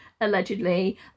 allegedly